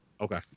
Okay